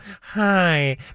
Hi